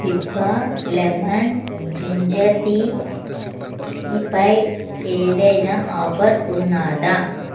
దిభా lemon ginger టీపై ఏదైనా offer ఉన్నదా